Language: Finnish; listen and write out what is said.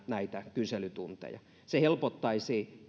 kyselytunteja se helpottaisi monen